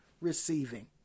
receiving